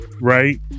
right